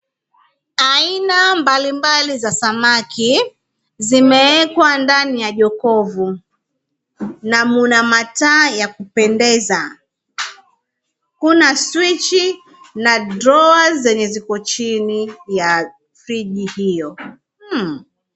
Aina mbalimbali za samaki zimeweka ndani ya jokovu na mna mataa ya kupendeza kuna switch na draws zenye ziko chini ya fridge hiyo.